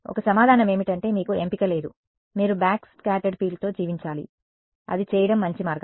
కాబట్టి ఒక సమాధానం ఏమిటంటే మీకు ఎంపిక లేదు మీరు బ్యాక్స్కాటర్డ్ ఫీల్డ్తో జీవించాలి అది చేయడం మంచి మార్గమా